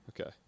Okay